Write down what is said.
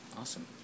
Awesome